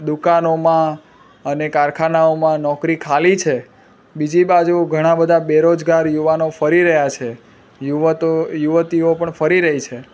દુકાનોમા અને કારખાનાઓમાં નોકરી ખાલી છે બીજી બાજુ ઘણા બધા બેરોજગાર યુવાનો ફરી રહ્યા છે યુવકો યુવતીઓ પણ ફરી રહી છે